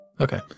Okay